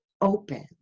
open